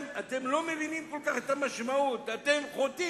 אתם לא מבינים כל כך את המשמעות, אתם חוטאים